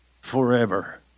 forever